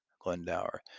Glendower